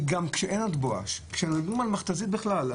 גם כשאין עוד "בואש", כשמדברים על מכת"זית בכלל.